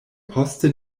poste